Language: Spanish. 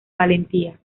valentía